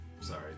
Sorry